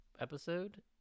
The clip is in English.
episode